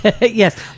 Yes